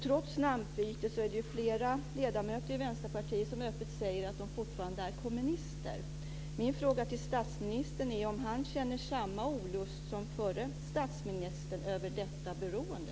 Trots namnbytet säger ju flera ledamöter i Vänsterpartiet öppet att de fortfarande är kommunister. Min fråga till statsministern är om han känner samma olust som förre statsministern över detta beroende.